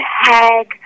Hag